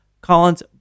Collins